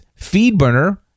FeedBurner